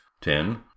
ten